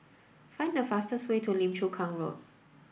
find the fastest way to Lim Chu Kang Road